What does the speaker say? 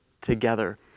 together